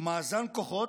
הוא מאזן כוחות.